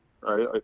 Right